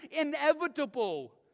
inevitable